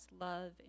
love